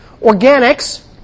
Organics